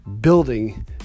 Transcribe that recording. building